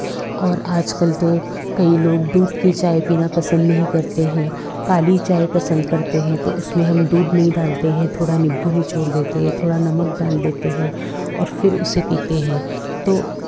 और आज कल तो कई लोग दूध की चाय पीना पसंद नहीं करते हैं काली चाय पसंद करते हैं तो उसमें हम दूध नहीं डालते हैं थोड़ा निंबू निचोड़ देते हैं थोड़ा नमक डाल देते हैं और फिर उसे पीते हैं तो